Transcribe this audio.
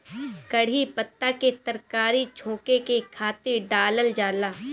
कढ़ी पत्ता के तरकारी छौंके के खातिर डालल जाला